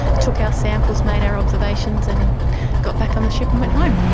took our samples, made our observations and got back on the ship and went home.